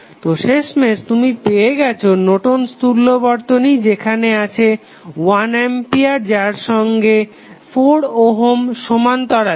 তো শেষমেশ তুমি পেয়ে গেছো নর্টন'স তুল্য Nortons equivalent বর্তনী যেখানে আছে 1 আম্পিয়ার যার সঙ্গে 4 ওহম সমান্তরালে